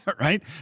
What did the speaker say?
right